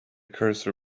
cursor